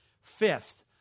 Fifth